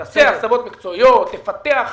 תעשה הסבות מקצועיות, תפקח.